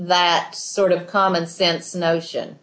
that sort of common sense notion